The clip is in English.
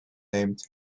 named